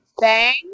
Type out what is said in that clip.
Bang